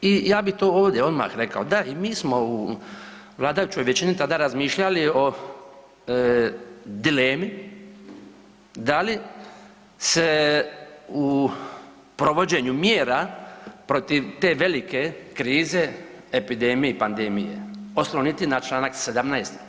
I ja bi to ovdje odmah rekao, da i mi smo u vladajućoj većini tada razmišljali o dilemi da li se u provođenju mjera protiv te velike krize epidemije i pandemije osloniti na čl. 17.